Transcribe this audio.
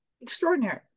extraordinary